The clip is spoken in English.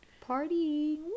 Party